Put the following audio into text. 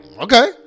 okay